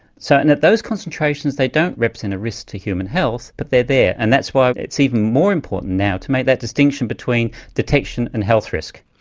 so and at those concentrations they don't represent a risk to human health but they're there and that's why it's even more important now to make that distinction between detection and health risk.